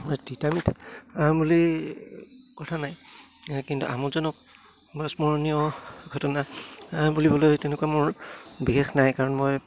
তিতা মিঠা বুলি কথা নাই কিন্তু আমোদজনক বা স্মৰণীয় ঘটনা বুলিবলৈ তেনেকুৱা মোৰ বিশেষ নাই কাৰণ মই